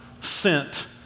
sent